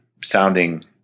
sounding